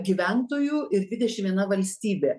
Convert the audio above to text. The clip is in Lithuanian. gyventojų ir dvidešim viena valstybė